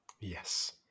Yes